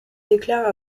déclare